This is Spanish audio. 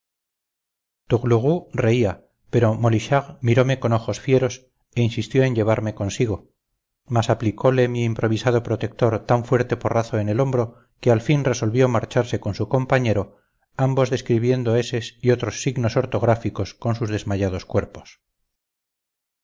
tourlourou reía pero molichard mirome con ojos fieros e insistió en llevarme consigo mas aplicole mi improvisado protector tan fuerte porrazo en el hombro que al fin resolvió marcharse con su compañero ambos describiendo eses y otros signos ortográficos con sus desmayados cuerpos